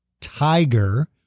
tiger